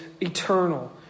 eternal